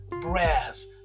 brass